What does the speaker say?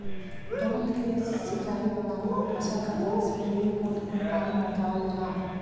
बूंद से सिंचाई प्रणाली में फसल क जड़ में ही बूंद बूंद पानी पहुंचावल जाला